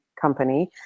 company